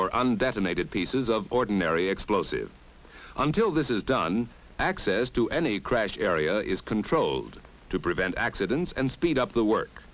detonated pieces of ordinary explosives until this is done access to any crash area is controlled to prevent accidents and speed up the work